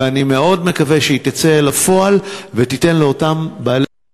ואני מאוד מקווה שהיא תצא לפועל ותיתן לאותם בעלי שכר